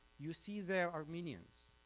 you see there armenians,